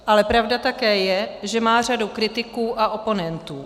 Ale pravda také je, že má řadu kritiků a oponentů.